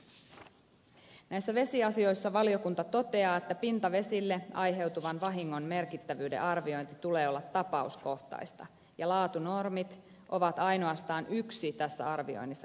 näissä vesiasioissa valiokunta toteaa että pintavesille aiheutuvan vahingon merkittävyyden arvioinnin tulee olla tapauskohtaista ja laatunormit ovat ainoastaan yksi tässä arvioinnissa käytettävä seikka